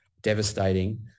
devastating